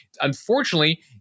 Unfortunately